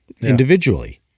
individually